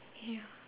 ya